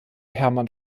hermann